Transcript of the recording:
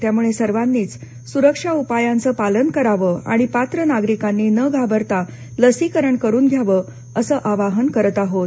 त्यामुळे सर्वांनीच सुरक्षा उपायांचं पालन करावं आणि पात्र नागरिकांनी न घाबरता लसीकरण करून घ्यावं असं आवाहन करत आहोत